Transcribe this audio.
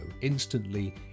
instantly